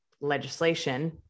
legislation